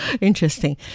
Interesting